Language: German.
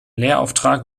lehrauftrag